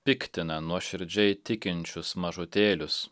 piktina nuoširdžiai tikinčius mažutėlius